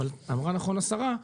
אבל אמרה נכון השרה,